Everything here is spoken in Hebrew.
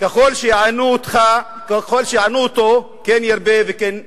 ככל שיענו אותו כן ירבה וכן יפרוץ.